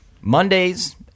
Mondays